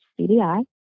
CDI